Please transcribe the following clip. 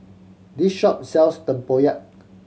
this shop sells tempoyak